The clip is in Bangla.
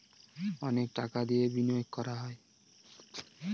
অনেক টাকা দিয়ে বিনিয়োগ করা হয়